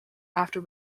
after